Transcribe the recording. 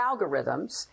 algorithms